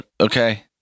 Okay